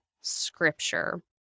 scripture